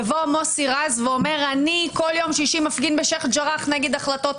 יבוא מוסי רז ויגיד: אני כל יום שישי מפגין נגד החלטות